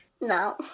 No